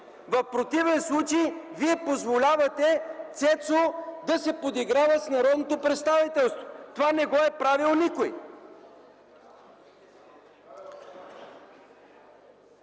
В противен случай Вие позволявате Цецо да се подиграва с народното представителство. Това не го е правил никой.